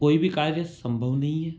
कोई भी कार्य सम्भव नहीं है